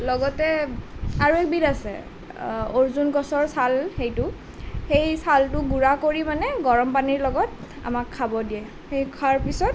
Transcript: লগতে আৰু এবিধ আছে অৰ্জুন গছৰ ছাল সেইটো সেই ছালটো গুৰা কৰি মানে গৰম পানীৰ লগত আমাক খাব দিয়ে খোৱাৰ পিছত